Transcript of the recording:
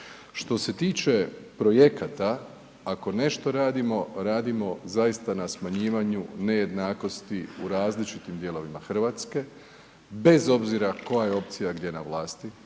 Što se tiče projekata, ako nešto radimo, radimo zaista na smanjivanju nejednakosti, u različitim dijelovima Hrvatske, bez obzira koja je opcija, gdje na vlasti.